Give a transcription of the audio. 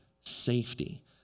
safety